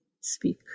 speak